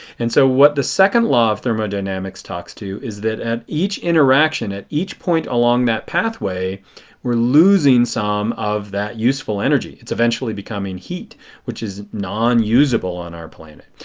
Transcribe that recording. and so what the second law of thermodynamics talks to is that at each interaction, at each point along that pathway we are losing some of that useful energy. it is eventually becoming heat which is non usable on our planet.